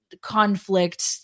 conflict